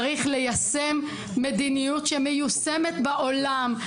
צריך ליישם מדיניות שמיושמת בעולם.